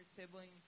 sibling